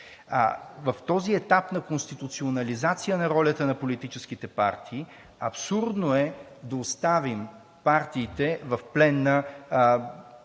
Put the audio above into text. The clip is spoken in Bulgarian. В този етап на конституционализация на ролята на политическите партии абсурдно е да оставим партиите в плен на